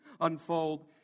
unfold